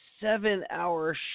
seven-hour